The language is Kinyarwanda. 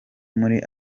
muri